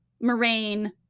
Moraine